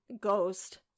ghost